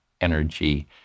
energy